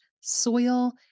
soil